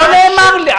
לא נאמר לי,